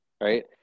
right